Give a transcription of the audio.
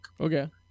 Okay